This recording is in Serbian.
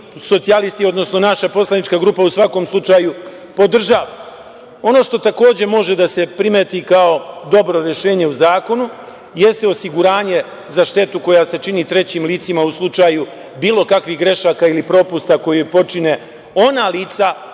socijalisti, odnosno naša poslanička grupa u svakom slučaju podržava. Ono što takođe može da se primeti kao dobro rešenje u zakonu jeste osiguranje za štetu koja se čini trećim licima u slučaju bilo kakvih grešaka ili propusta koji počine ona lica